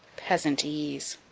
peasantese.